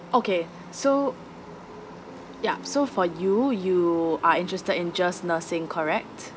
okay so yup so for you you are interested in just nursing correct